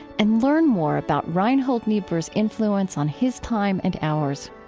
and learn more about reinhold niebuhr's influence on his time and ours.